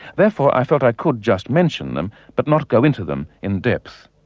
therefore i felt i could just mention them, but not go into them in depth.